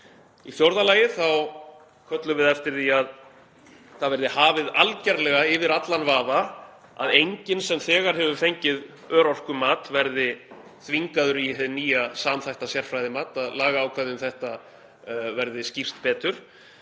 Í fjórða lagi köllum við eftir því að það verði hafið algerlega yfir allan vafa að enginn sem þegar hefur fengið örorkumat verði þvingaður í hið nýja samþætta sérfræðimat, að lagaákvæði um þetta verði skýrt betur.